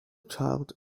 child